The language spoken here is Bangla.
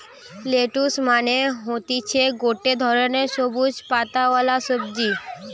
লেটুস মানে হতিছে গটে ধরণের সবুজ পাতাওয়ালা সবজি